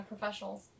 professionals